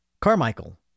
Carmichael